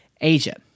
Asia